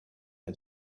had